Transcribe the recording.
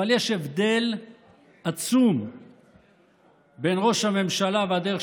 אבל יש הבדל עצום בין ראש הממשלה והדרך